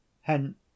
Hence